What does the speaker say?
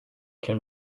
can